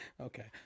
Okay